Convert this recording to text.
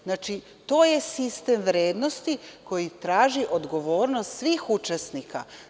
Znači, to je sistem vrednosti koji traži odgovornost svih učesnika.